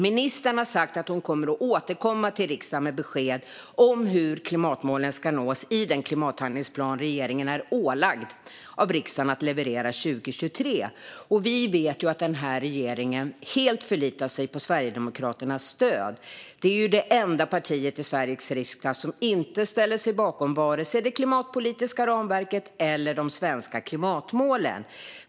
Ministern har sagt att hon kommer att återkomma till riksdagen med besked om hur klimatmålen ska nås i den klimathandlingsplan som regeringen är ålagd av riksdagen att leverera 2023. Vi vet att den här regeringen helt förlitar sig på Sverigedemokraternas stöd. Det är det enda parti i Sveriges riksdag som inte ställer sig bakom vare sig det klimatpolitiska ramverket eller de svenska klimatmålen.